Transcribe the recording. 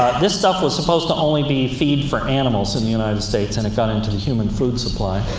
this stuff was supposed to only be feed for animals in the united states, and it got into the human food supply,